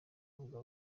ahabwa